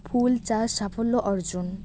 ফুল চাষ সাফল্য অর্জন?